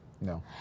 No